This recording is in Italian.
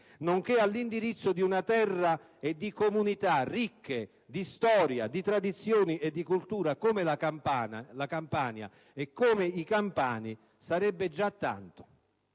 nonché all'indirizzo di una terra e di comunità ricche di storia, di tradizioni e di cultura come la Campania e come i campani, sarebbe già tanto!